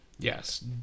Yes